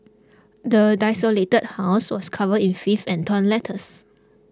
the desolated house was covered in filth and torn letters